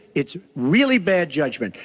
it's really bad judgment.